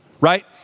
right